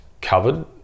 covered